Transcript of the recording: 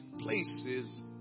places